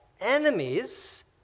enemies